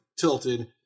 tilted